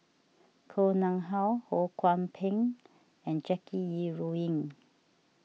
Koh Nguang How Ho Kwon Ping and Jackie Yi Ru Ying